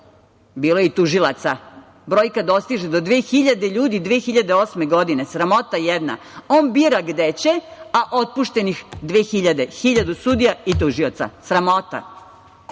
bilo je i tužilaca, brojka dostiže do 2.000 ljudi 2008. godine. Sramota jedna. On bira gde će, a otpuštenih 2.000, hiljadu sudija i tužioca. Sramota.